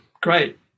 Great